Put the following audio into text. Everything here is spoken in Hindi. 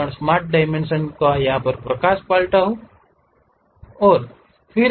इसलिए फिर से स्मार्ट डायमेंशन पर क्लिक करें और इसे 40 यूनिट्स जैसे मिलीमीटर ओके पर उपयोग करें